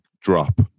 drop